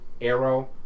Arrow